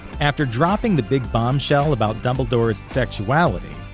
after dropping the big bombshell about dumbledore's sexuality,